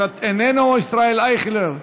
איננו, ישראל אייכלר,